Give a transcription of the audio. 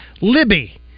Libby